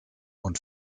und